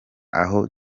aho